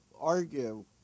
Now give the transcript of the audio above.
argue